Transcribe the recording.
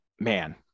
Man